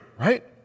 right